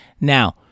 Now